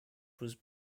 was